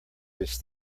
his